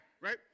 right